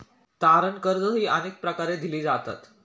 तारण कर्जेही अनेक प्रकारे दिली जातात